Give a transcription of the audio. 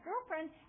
girlfriend